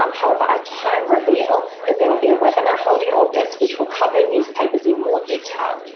um however i can reveal that there will be a webinar held in august which will cover newspapers in more detail.